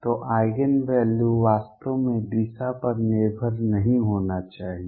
तो eigen value वास्तव में दिशा पर निर्भर नहीं होना चाहिए